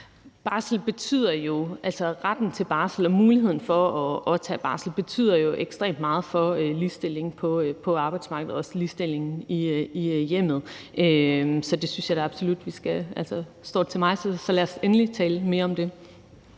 Retten til barsel og muligheden for at tage barsel betyder jo ekstremt meget for ligestilling på arbejdsmarkedet og også ligestilling i hjemmet, så står det til mig, vil jeg sige, at lad os endelig tale mere om det.